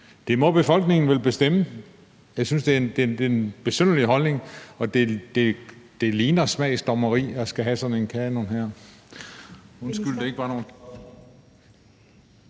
Det må befolkningen vel bestemme. Jeg synes, det er en besynderlig holdning, og det ligner smagsdommeri at skulle have sådan en kanon. Kl. 21:21 Første